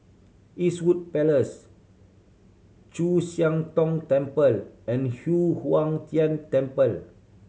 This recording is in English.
Eastwood Place Chu Siang Tong Temple and Yu Huang Tian Temple